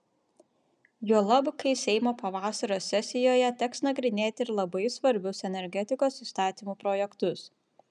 juolab kai seimo pavasario sesijoje teks nagrinėti ir labai svarbius energetikos įstatymų projektus